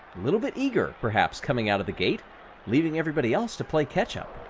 little bit eager, perhaps, coming out of the gate leaving everybody else to play catch-up.